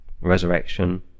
resurrection